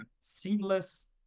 seamless